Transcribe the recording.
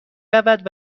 رود